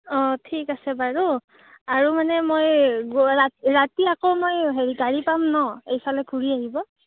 অঁ ঠিক আছে বাৰু আৰু মানে মই গৈ ৰাতি ৰাতি আকৌ মই হেৰি গাড়ী পাম ন এইফালে ঘূৰি আহিব